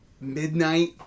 midnight